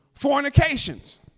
Fornications